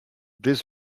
this